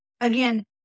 again